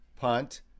punt